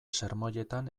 sermoietan